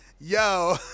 Yo